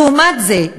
לעומת זה,